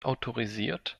autorisiert